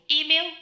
Email